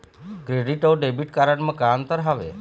Credit अऊ debit card म का अंतर हावे?